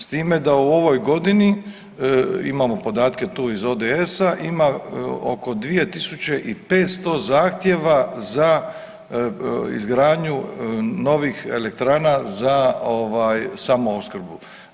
S time da u ovoj godini imamo podatke tu iz ODS-a ima oko 2500 zahtjeva za izgradnju novih elektrana za ovaj samoopskrbu.